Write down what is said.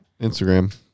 Instagram